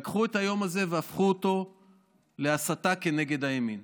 לקחו את היום הזה והפכו אותו להסתה כנגד הימין.